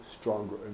stronger